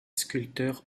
sculpteur